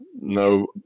no